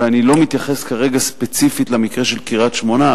ואני לא מתייחס כרגע ספציפית למקרה של קריית-שמונה,